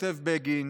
כותב בגין,